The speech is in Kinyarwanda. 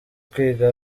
kwiga